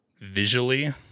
visually